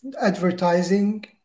advertising